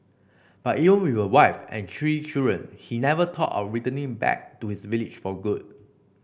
but even with a wife and three children he never thought of returning back to his village for good